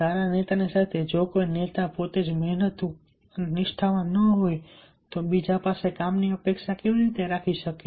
સારા નેતાની સાથે જો કોઈ નેતા પોતે જ મહેનતુ અને નિષ્ઠાવાન ન હોય તો તે બીજા પાસેથી કામની કેવી અપેક્ષા રાખી શકે